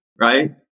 right